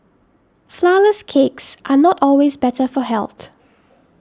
Flourless Cakes are not always better for health